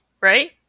Right